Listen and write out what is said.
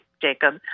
Jacob